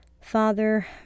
Father